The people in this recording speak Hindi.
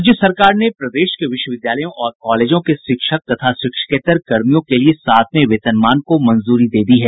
राज्य सरकार ने प्रदेश के विश्वविद्यालयों और कॉलेजों के शिक्षक तथा शिक्षकेतर कर्मियों के लिए सातवें वेतनमान को मंजूरी दे दी है